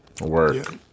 work